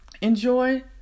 Enjoy